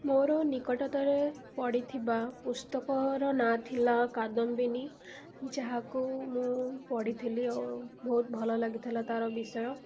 ମୋର ନିକଟତରେ ପଡ଼ିଥିବା ପୁସ୍ତକର ନାଁ ଥିଲା କାଦମ୍ବିନୀ ଯାହାକୁ ମୁଁ ପଢ଼ିଥିଲି ଓ ବହୁତ ଭଲ ଲାଗିଥିଲା ତା'ର ବିଷୟ